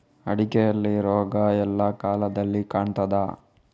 ಅಡಿಕೆಯಲ್ಲಿ ರೋಗ ಎಲ್ಲಾ ಕಾಲದಲ್ಲಿ ಕಾಣ್ತದ?